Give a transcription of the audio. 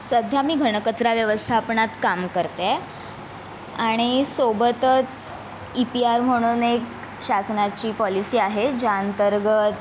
सध्या मी घनकचरा व्यवस्थापनात काम करते आहे आणि सोबतच ई पी आर म्हणून एक शासनाची पॉलिसी आहे ज्याअंतर्गत